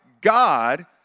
God